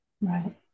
right